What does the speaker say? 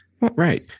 right